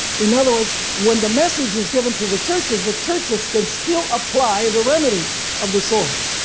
in other words when the message is given to the churches the churches can still apply the remedy of the sword,